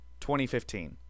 2015